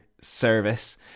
service